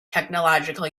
technological